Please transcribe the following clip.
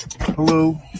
Hello